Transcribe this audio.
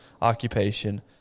occupation